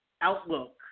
outlook